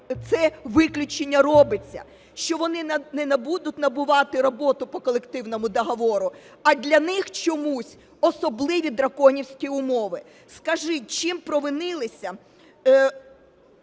це виключення робиться, що вони не будуть набувати роботу по колективному договору, а для них чомусь особливі драконівські умови. Скажіть, чим провинилися